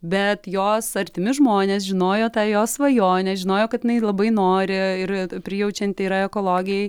bet jos artimi žmonės žinojo tą jos svajonę žinojo kad jinai labai nori ir prijaučianti yra ekologijai